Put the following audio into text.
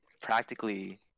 practically